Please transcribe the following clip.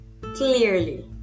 clearly